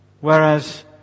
Whereas